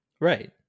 right